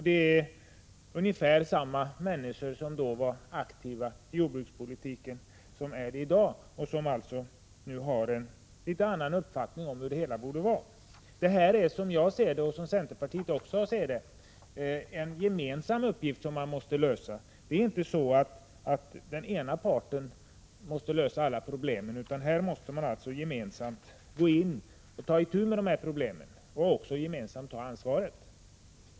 Det är i stort sett samma människor som är aktiva inom jordbrukspolitiken i dag som då, men nu har de alltså en litet annorlunda uppfattning om hur det hela borde vara. Som jag ser det och som centerpartiet också ser det har vi här en gemensam uppgift att lösa. Det är inte så att en part måste lösa alla problem, utan här måste vi gemensamt gå in och ta itu med problemen och gemensamt ta ansvaret.